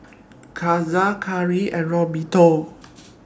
Caesar Garey and Roberto